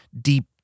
deep